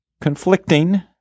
conflicting